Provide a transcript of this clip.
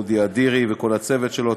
אודי אדירי וכל הצוות שלו,